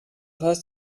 heißt